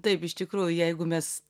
taip iš tikrųjų jeigu mes